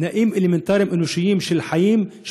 תנאים אלמנטריים, אנושיים, של חיים.